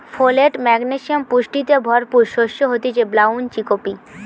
folate, magnesium পুষ্টিতে ভরপুর শস্য হতিছে ব্রাউন চিকপি